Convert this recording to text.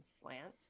slant